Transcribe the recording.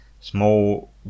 small